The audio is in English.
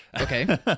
Okay